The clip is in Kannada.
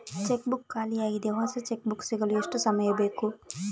ಚೆಕ್ ಬುಕ್ ಖಾಲಿ ಯಾಗಿದೆ, ಹೊಸ ಚೆಕ್ ಬುಕ್ ಸಿಗಲು ಎಷ್ಟು ಸಮಯ ಬೇಕು?